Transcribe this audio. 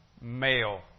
male